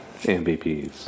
MVPs